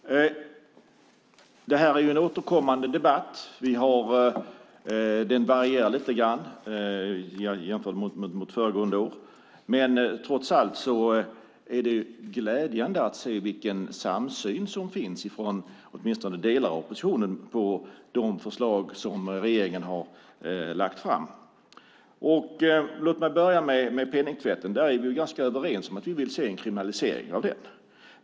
Det här är en återkommande debatt. Den varierar lite grann - jag jämförde med föregående år - men det är trots allt glädjande att se vilken samsyn som finns, åtminstone från delar av oppositionen, gällande de förslag som regeringen har lagt fram. Låt mig börja med frågan om penningtvätten. Där är vi ganska överens om att vi vill se en kriminalisering av den.